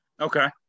Okay